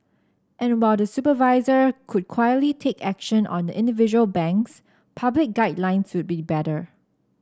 and while the supervisor could quietly take action on individual banks public guidelines would be better